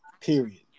period